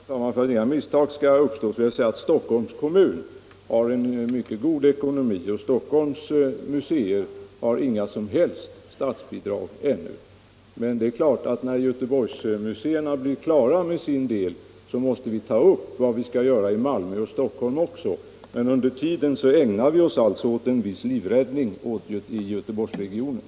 Herr talman! För att inga missförstånd skall uppstå vill jag säga att Stockholms kommun har en mycket god ekonomi och att Stockholms museer inte har några som helst statsbidrag ännu. När Göteborgsmuseerna blir klara med sin del, måste vi ta upp vad vi skall göra också i Malmö och Stockholm. Men under tiden ägnar vi oss alltså åt en viss livräddning i Göteborgsregionen.